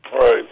Right